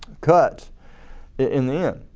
cuts in the end.